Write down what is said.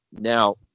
Now